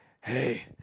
hey